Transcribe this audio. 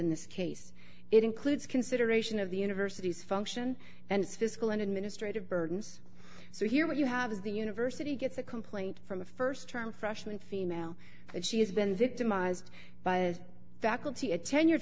in this case it includes consideration of the university's function and its physical and administrative burdens so here what you have is the university gets a complaint from a st term freshman female that she has been victimized by a faculty a tenured